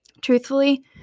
Truthfully